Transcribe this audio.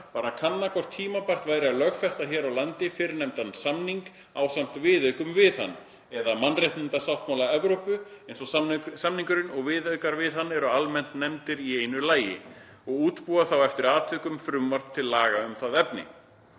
var að kanna hvort tímabært væri að lögfesta hér á landi fyrrnefndan samning ásamt viðaukum við hann, eða mannréttindasáttmála Evrópu eins og samningurinn og viðaukar við hann eru almennt nefndir í einu lagi, og undirbúa þá eftir atvikum frumvarp til laga um það efni.